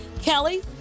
Kelly